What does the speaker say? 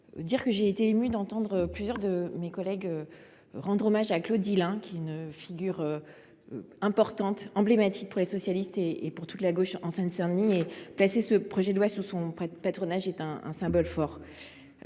dire combien j’ai été émue d’entendre plusieurs de nos collègues rendre hommage à Claude Dilain, figure importante et emblématique pour les socialistes et pour toute la gauche en Seine Saint Denis. Placer ce projet de loi sous son patronage est un symbole fort.